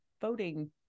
voting